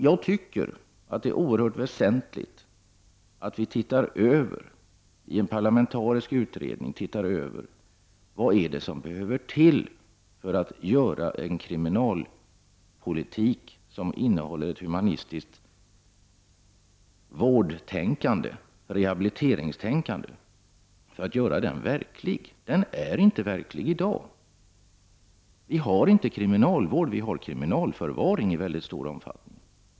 Jag tycker att det är oerhört väsentligt att vi i en parlamentarisk utredning ser över vad det är som behöver tillkomma för att man skall kunna åstadkomma en kriminalpolitik som innehåller ett humanistiskt vårdtänkande, ett rehabiliteringstänkande, för att göra vården verklig. Den är inte verklig i dag. Vi har inte kriminalvård, vi har i mycket stor omfattning kriminalförvaring.